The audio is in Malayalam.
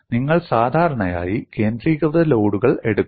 നിങ്ങൾ സാധാരണയായി കേന്ദ്രീകൃത ലോഡുകൾ എടുക്കും